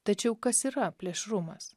tačiau kas yra plėšrumas